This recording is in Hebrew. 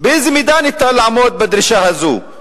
באיזה מידה אפשר לעמוד בדרישה הזאת?